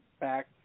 back